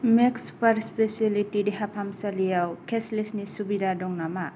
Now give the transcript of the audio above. max super speciality देहाफाहामसालियाव केशलेसनि सुबिदा दं नामा